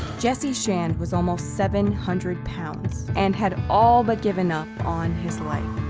jesse shand was almost seven hundred pounds, and had all but given up on his life.